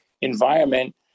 environment